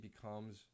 becomes